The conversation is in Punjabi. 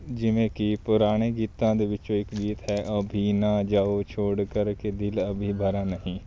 ਜਿਵੇਂ ਕਿ ਪੁਰਾਣੇ ਗੀਤਾਂ ਦੇ ਵਿੱਚੋਂ ਇੱਕ ਗੀਤ ਹੈ ਅਭੀ ਨਾ ਜਾਓ ਛੋੜ ਕਰ ਕੇ ਦਿਲ ਅਭੀ ਭਰਾ ਨਹੀਂ